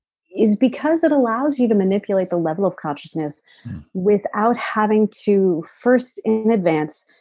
is because it allows you to manipulate the level of consciousness without having to first in advance,